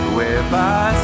Whereby